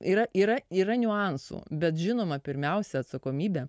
yra yra yra niuansų bet žinoma pirmiausia atsakomybę